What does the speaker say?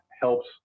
helps